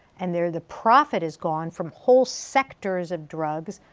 and there the profit is gone from whole sectors of drugs,